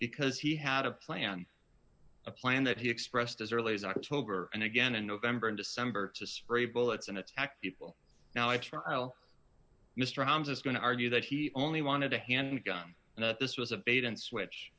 because he had a plan a plan that he expressed as early as october and again in november and december to spray bullets and attack people now i try to tell mr holmes is going to argue that he only wanted a handgun and this was a bait and switch